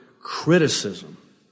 criticism